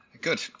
good